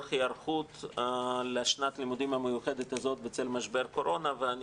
לצורך היערכות לשנת הלימודים המיוחדת הזאת בצל משבר הקורונה ואני